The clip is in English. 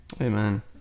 Amen